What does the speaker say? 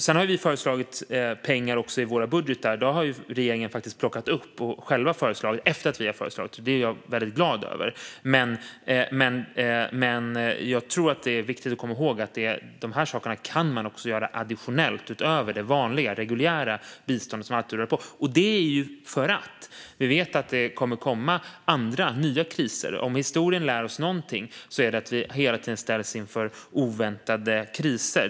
Vi har också föreslagit penningsummor i våra budgetar, och där har regeringen plockat upp våra förslag - och det är jag glad över. Men det är viktigt att komma ihåg att dessa saker kan göras additionellt utöver det reguljära biståndet. Det är "för att". Vi vet att det kommer att uppstå andra nya kriser. Om historien lär oss någonting är det att vi hela tiden ställs inför oväntade kriser.